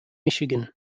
michigan